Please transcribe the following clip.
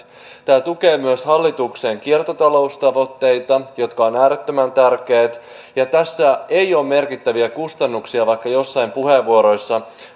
tämä tukee myös hallituksen kiertotaloustavoitteita jotka ovat äärettömän tärkeitä tässä ei ole merkittäviä kustannuksia vaikka joissain puheenvuoroissa sitä